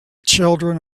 children